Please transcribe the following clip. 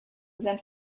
senf